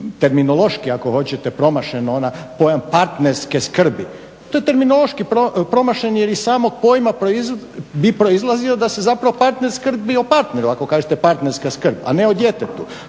terminološki ako hoćete promašeno. Onaj pojam partnerske skrbi, to je terminološki promašen jer iz samog pojma bi proizlazio da se zapravo partner skrbi o partneru ako kažete partnerska skrb, a ne o djetetu.